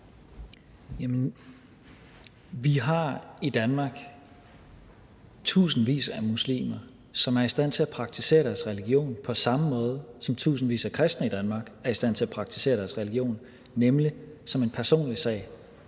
Vi har i Danmark tusindvis af muslimer, som er i stand til at praktisere deres religion på samme måde, som tusindvis af kristne i Danmark er i stand til at praktisere deres religion, nemlig som en personlig sag,